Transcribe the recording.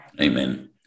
Amen